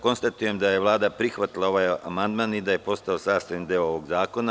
Konstatujem da je Vlada prihvatila ovaj amandman i da je postao sastavni deo ovog zakona.